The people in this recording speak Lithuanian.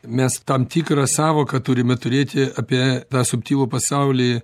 mes tam tikrą sąvoką turime turėti apie tą subtilų pasaulį